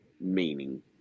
meaning